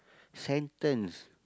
sentence